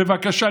בבקשה,